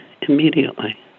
immediately